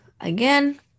again